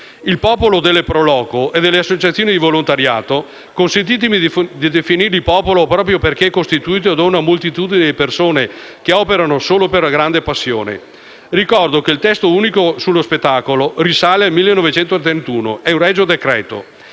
il popolo delle *pro loco* e delle associazioni di volontariato. Consentitemi di definirli popolo, proprio perché costituito da una moltitudine di persone che operano solo per la loro grande passione. Ricordo che il testo unico sullo spettacolo risale al 1931 - è un regio decreto